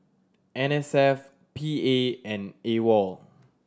N S F P A and AWOL